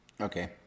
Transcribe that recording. Okay